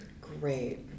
Great